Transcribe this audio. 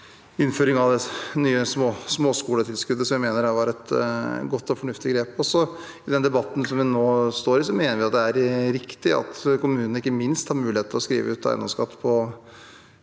innføring av det nye småskoletilskuddet, som jeg mener var et godt og fornuftig grep. I den debatten vi nå står i, mener vi det er riktig at kommunene ikke minst har mulighet til å skrive ut eiendomsskatt på